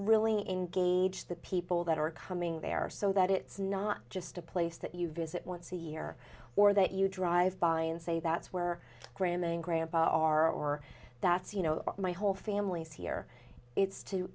really engage the people that are coming there so that it's not just a place that you visit once a year or that you drive by and say that's where grandma and grandpa are or that's you know my whole family's here it's to